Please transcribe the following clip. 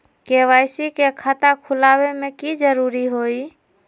KYC के खाता खुलवा में की जरूरी होई?